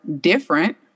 different